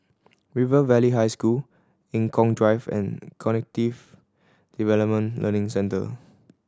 River Valley High School Eng Kong Drive and Cognitive Development Learning Centre